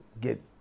get